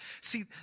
See